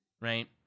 right